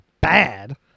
bad